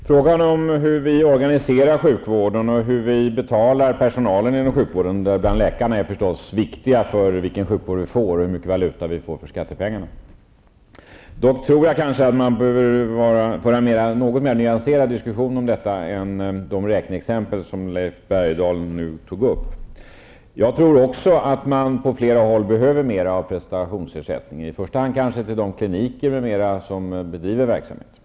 Herr talman! Frågan om hur vi organiserar sjukvården och hur vi betalar personalen, där läkarna naturligtvis är viktiga, har betydelse för vilken sjukvård vi får och hur mycket valuta vi får för skattepengarna. Jag tror dock att man bör föra en något mer nyanserad diskussion om detta än Leif Bergdahl gör med de räkneexempel som han tog upp. Jag tror också att man på flera håll behöver mera av prestationsersättning, i första hand kanske på kliniker m.fl. som bedriver verksamhet.